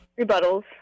rebuttals